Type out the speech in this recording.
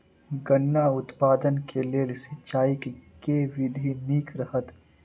गन्ना उत्पादन केँ लेल सिंचाईक केँ विधि नीक रहत?